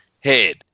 head